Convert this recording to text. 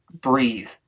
breathe